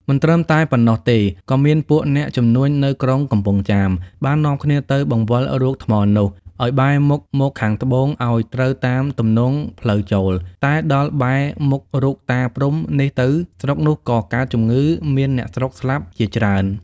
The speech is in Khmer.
មិនត្រឹមតែប៉ុណ្ណោះទេក៏មានពួកអ្នកជំនួញនៅក្រុងកំពង់ចាម បាននាំគ្នាទៅបង្វិលរូបថ្មនោះ ឲ្យបែរមុខមកខាងត្បូងឲ្យត្រូវតាមទំនងផ្លូវចូល តែដល់បែរមុខរូបតា ព្រហ្ម នេះទៅ ស្រុកនោះក៏កើតជំងឺ មានអ្នកស្រុកស្លាប់ជាច្រើន ។